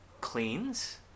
cleans